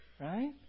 Right